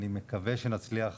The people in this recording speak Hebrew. אני מקווה שנצליח